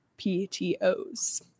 PTOs